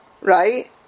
Right